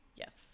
Yes